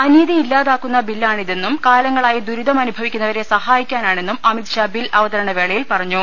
അനീതി ഇല്ലാതാക്കുന്ന ബില്ലാണിതെന്നും കാലങ്ങളായി ദുരിത ം അനുഭവിക്കുന്നവരെ സഹായിക്കാനാണെന്നും അമിത് ഷാ ബിൽ അവതരണ വേളയിൽ പറഞ്ഞു